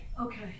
Okay